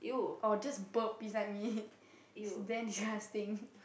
or just burp beside me damn disgusting